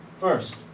First